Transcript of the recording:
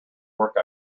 work